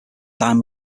diamond